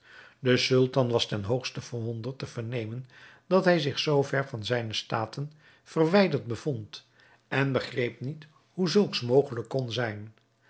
de sultan was ten hoogste verwonderd te vernemen dat hij zich zoo ver van zijne staten verwijderd bevond en begreep niet hoe zulks mogelijk kon zijn